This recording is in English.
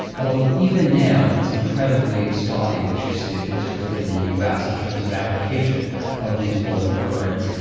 although even now it's incredibly spotty, what you see, at least within the us in terms of application of these bullying programs,